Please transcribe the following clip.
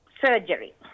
surgery